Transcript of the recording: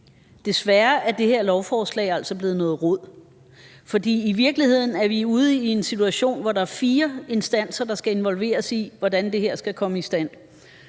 desværre er det her lovforslag altså blevet noget rod, for i virkeligheden er vi ude i en situation, hvor der er fire instanser, der skal involveres i, hvordan det her skal komme i stand.